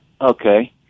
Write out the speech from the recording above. Okay